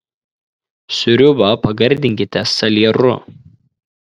sriubą pagardinkite salieru